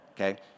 okay